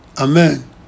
Amen